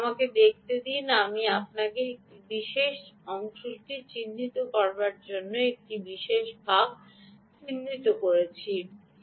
সুতরাং আমাকে দেখতে দিন আমি আপনাকে একটি বিশেষ অংশটি চিহ্নিত করার জন্য আপনাকে একটি বিভাগ চিহ্নিত করেছি